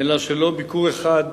אלא שלא ביקור אחד